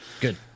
Good